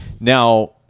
Now